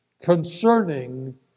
concerning